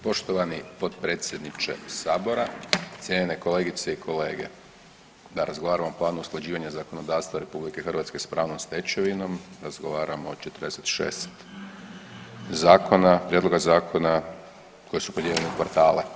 Poštovani potpredsjedniče sabora, cijenjene kolegice i kolege, da razgovaramo o planu usklađivanja zakonodavstva RH s pravnom stečevinom razgovaramo o 46 zakona, prijedloga zakona koji su podijeljeni u kvartale.